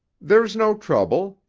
there's no trouble,